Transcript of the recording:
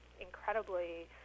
incredibly